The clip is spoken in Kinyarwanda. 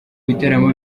bitaramo